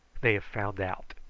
they have found out.